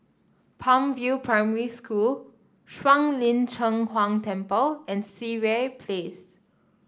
Palm View Primary School Shuang Lin Cheng Huang Temple and Sireh Place